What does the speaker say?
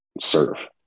serve